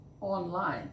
online